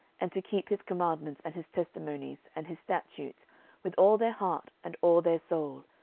and to keep his commandments and his testimonies and his statutes with all their heart and all their soul,